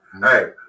Hey